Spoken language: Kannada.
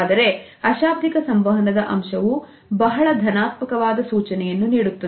ಆದರೆ ಅಶಾಬ್ದಿಕ ಸಂವಹನದ ಅಂಶವು ಬಹಳ ಬಹಳ ಧನಾತ್ಮಕವಾದ ಸೂಚನೆಯನ್ನು ನೀಡುತ್ತದೆ